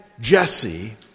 Jesse